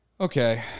Okay